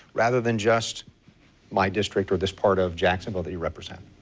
rather than just my district with this part of jacksonville that you represent.